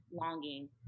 longing